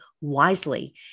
wisely